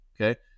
okay